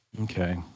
Okay